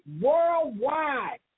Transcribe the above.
worldwide